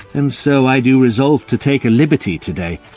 and so i do resolve to take a liberty today,